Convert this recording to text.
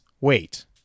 wait